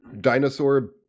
dinosaur